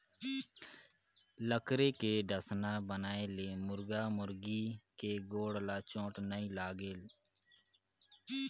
लकरी के डसना बनाए ले मुरगा मुरगी के गोड़ ल चोट नइ लागे